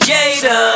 Jada